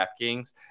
DraftKings